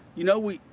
you know, we,